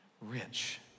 rich